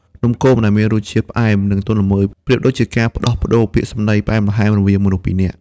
នំគម ដែលមានរសជាតិផ្អែម និងទន់ល្មើយ ប្រៀបដូចជាការផ្ដោះប្ដូរពាក្យសម្ដីផ្អែមល្ហែមរវាងមនុស្សពីរនាក់។